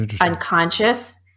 unconscious